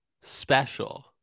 special